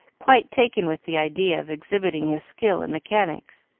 quite taken with the idea of exhibiting his skill in mechanics.